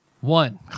One